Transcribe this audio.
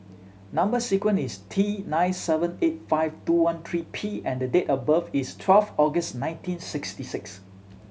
number sequence is T nine seven eight five two one three P and the date of birth is twelve August nineteen sixty six